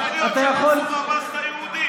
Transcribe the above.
יכול להיות שמנסור עבאס, אתה יהודי.